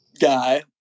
guy